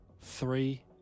three